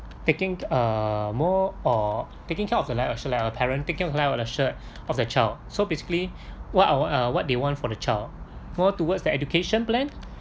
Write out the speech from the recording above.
taking uh more or taking care of the life assured like a parent taking life assured of the child so basically what or uh what they want for the child more towards the education plan